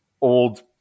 old